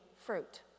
fruit